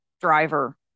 driver